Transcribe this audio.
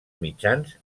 mitjans